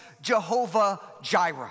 Jehovah-Jireh